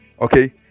okay